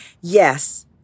Yes